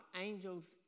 angels